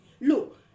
look